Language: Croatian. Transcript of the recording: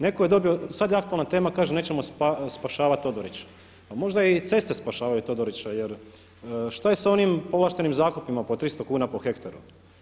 Netko je dobio, sad je aktualna tema, kaže nećemo spašavati Todorića, a možda i ceste spašavaju Todorića jer šta je sa onim povlaštenim zakupima po 300 kuna po hektaru.